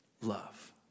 love